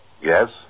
Yes